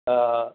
ओ